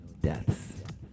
deaths